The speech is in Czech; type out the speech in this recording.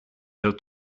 byl